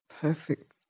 perfect